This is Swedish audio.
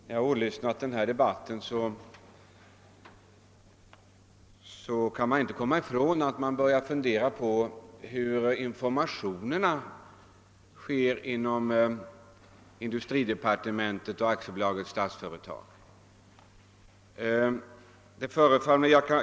Herr talman! När man hör denna debatt kan man inte underlåta att fundera över hur kommunikationerna fungerar mellan industridepartementet och Statsföretag AB.